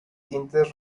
tintes